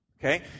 Okay